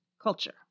culture